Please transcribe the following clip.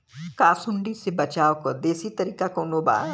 का सूंडी से बचाव क देशी तरीका कवनो बा?